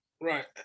Right